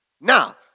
Now